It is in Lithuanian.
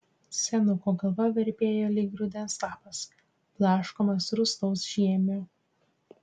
senuko galva virpėjo lyg rudens lapas blaškomas rūstaus žiemio